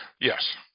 Yes